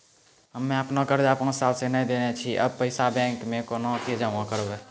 हम्मे आपन कर्जा पांच साल से न देने छी अब पैसा बैंक मे कोना के जमा करबै?